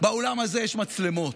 באולם הזה יש מצלמות.